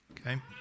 okay